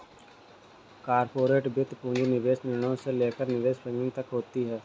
corporate वित्त पूंजी निवेश निर्णयों से लेकर निवेश बैंकिंग तक होती हैं